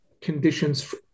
conditions